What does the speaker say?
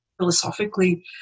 philosophically